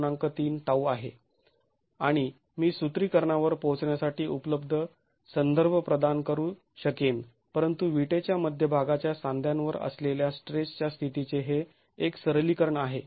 ३τ आहे आणि मी सूत्रीकरणा वर पोहोचण्यासाठी उपलब्ध संदर्भ प्रदान करू शकेन परंतु विटेच्या मध्यभागाच्या सांध्यावर असलेल्या स्ट्रेसच्या स्थितीचे हे एक सरलीकरण आहे